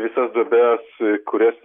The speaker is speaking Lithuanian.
visas duobes kurias